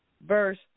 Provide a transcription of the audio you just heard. verse